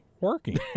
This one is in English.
working